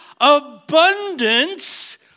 abundance